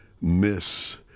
miss